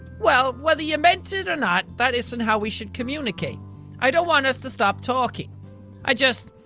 well, whether you ment it or not, that isn't how we should communicate i don't want us to stop talking i just.